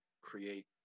create